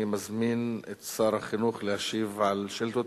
אני מזמין את שר החינוך להשיב על שאילתות.